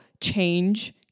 change